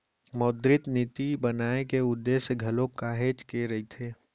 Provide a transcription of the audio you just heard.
मौद्रिक नीति बनाए के उद्देश्य घलोक काहेच के रहिथे